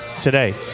today